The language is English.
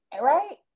right